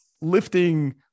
lifting